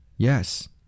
Yes